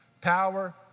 Power